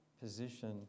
position